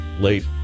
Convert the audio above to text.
late